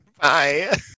Bye